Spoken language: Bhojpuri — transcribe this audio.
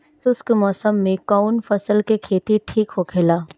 शुष्क मौसम में कउन फसल के खेती ठीक होखेला?